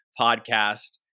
podcast